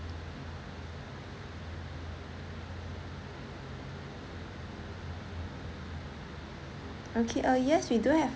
okay uh yes we do have